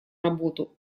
работу